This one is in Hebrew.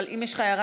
אבל אם יש לך הערה,